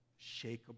shakable